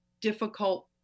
difficult